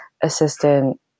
assistant